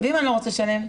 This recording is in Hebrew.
ואם אני לא רוצה לשלם?